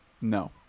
No